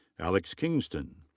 alex kingston.